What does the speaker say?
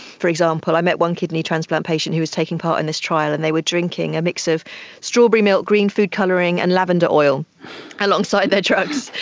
for example, i met one kidney transplant patient who was taking part in this trial and they were drinking a mix of strawberry milk, green food colouring and lavender oil alongside their drugs,